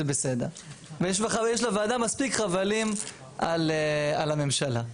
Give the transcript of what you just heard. יש לוועדה מספיק חבלים על הממשלה.